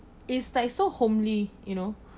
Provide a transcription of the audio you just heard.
it's like so homely you know